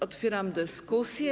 Otwieram dyskusję.